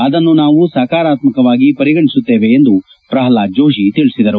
ಅದನ್ನು ನಾವು ಸಕಾರಾತ್ಮಕವಾಗಿ ಪರಿಗಣಿಸುತ್ತೇವೆ ಎಂದು ಪ್ರಲ್ನಾದ್ ಜೋಶಿ ತಿಳಿಸಿದರು